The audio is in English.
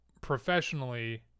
professionally